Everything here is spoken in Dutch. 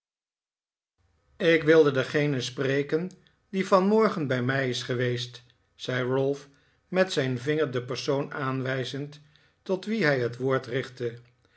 ik wilde dengene spreken die vanmorgen bij mij is geweest zei ralph met zijn vinger den persoon aanwijzend tot wien hij het woord richtte